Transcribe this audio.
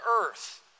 Earth